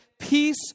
Peace